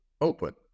open